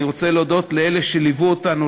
אני רוצה להודות לאלה שליוו אותנו,